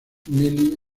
nelly